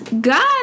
God